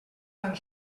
tan